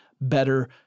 better